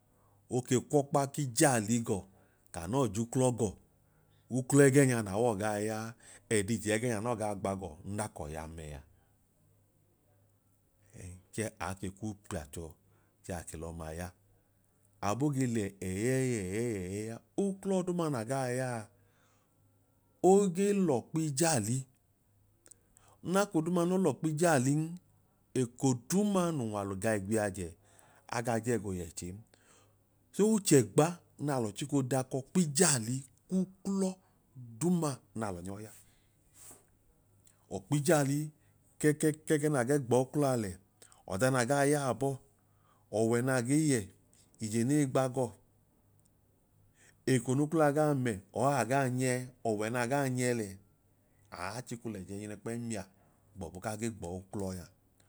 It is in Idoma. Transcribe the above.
Oke kwọkpa k'ijaali gọ kanọọ j'uklọ gọọ, uklọ ẹgẹnya na wọọ gaa yaa ẹẹdije ẹnẹnya naa nọọ gaa gbagọọ nda k'ọya mẹa chee aake ku pia tọ chẹẹ aake l'ọma ya. Aboo ge lẹ ẹyẹẹyẹẹyẹia, uklọ duuma na gaa yaa oge l'ikpijaali. Nna nk'oduuma n'olikpijaalin eko duuma n'uwalu ga igbihajẹ agaa jẹẹ goo yẹche'n. So ochẹgba n'alọ chiko dak'ọkpijaali k'uklọ duuma n'alọ nyọ ya. Ọkpijaali kẹ kẹ kẹgẹẹ na gee gbor uklọ a lẹ, ọda na gaa yaa bọ, ọwẹ naa ge yẹ, ijenei gba gọọ, eko n'uklọ a gaa mẹ or agaa nyẹ ọwẹ naa gee nyẹ lẹ, aachiko lẹjẹnjinu kpẹm mia gbọbu kaa ge gbọọ uklọ nya